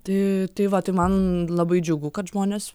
tai tai va tai man labai džiugu kad žmonės